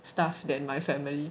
stuff than my family